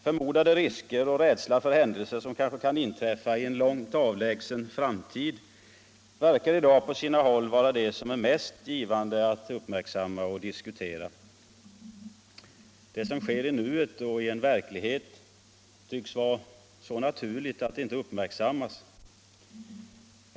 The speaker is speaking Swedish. Förmodade risker och rädsla för händelser, som kanske kan inträffa i en långt avlägsen framtid, verkar i dag på sina håll vara det som är mest givande att uppmärksamma och diskutera. Det som sker i nuet och är en verklighet tycks vara så ointressant att det inte uppmärksammas.